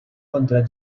contra